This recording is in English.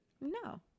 No